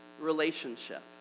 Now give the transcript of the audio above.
relationship